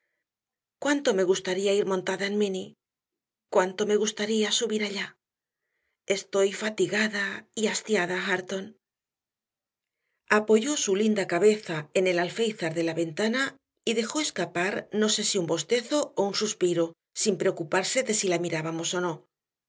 cuánto me gustaría ir montada en m inny cuánto me gustaría subir allá estoy fatigada y hastiada hareton apoyó su linda cabeza en el alféizar de la ventana y dejó escapar no sé si un bostezo o un suspiro sin preocuparse de si la mirábamos o no